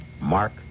Mark